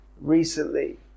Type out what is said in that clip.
recently